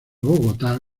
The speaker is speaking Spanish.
bogotá